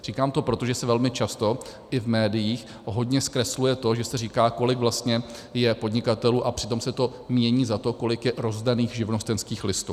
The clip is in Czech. Říkám to proto, že se velmi často i v médiích hodně zkresluje to, že se říká, kolik vlastně je podnikatelů, a přitom se to mění za to, kolik je rozdaných živnostenských listů.